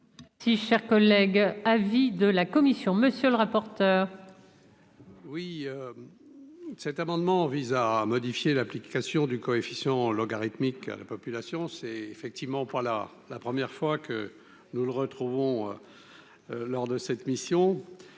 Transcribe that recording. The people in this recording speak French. Si cher collègue, avis de la commission, monsieur le rapporteur. Oui, cet amendement vise à modifier l'application du coefficient logarithmique à la population, c'est effectivement pour la, la première fois que nous le retrouvons lors de cette mission